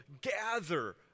gather